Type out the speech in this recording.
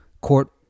court